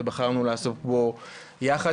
ובחרנו לעסוק בו יחד,